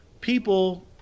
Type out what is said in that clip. people